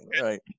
right